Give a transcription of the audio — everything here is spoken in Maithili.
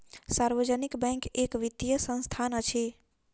सार्वजनिक बैंक एक वित्तीय संस्थान अछि